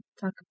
talk